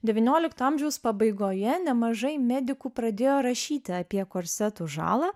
devyniolikto amžiaus pabaigoje nemažai medikų pradėjo rašyti apie korsetų žalą